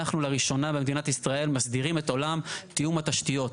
אנחנו לראשונה במדינת ישראל מסדירים את עולם תיאום התשתיות.